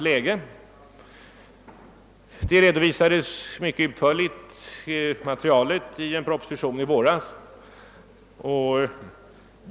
Materialet redovisades mycket utförligt i en proposition i våras.